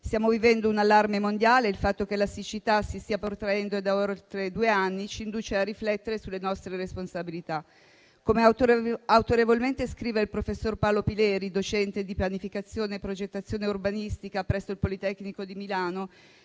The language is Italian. Stiamo vivendo un allarme mondiale e il fatto che la siccità si stia protraendo da oltre due anni ci induce a riflettere sulle nostre responsabilità. Come autorevolmente scrive il professor Paolo Pileri, docente di pianificazione e progettazione urbanistica presso il Politecnico di Milano